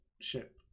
ship